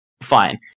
fine